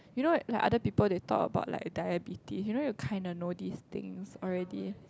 you know like other people they talk about like diabetes you know you kinda know this things already